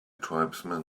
tribesman